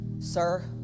sir